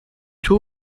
two